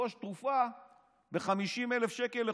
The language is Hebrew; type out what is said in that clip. לרכוש תרופה ב-50,000 שקלים לחודש,